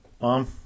Mom